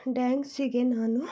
ಡ್ಯಾಂಕ್ಸಿಗೆ ನಾನು